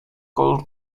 kolor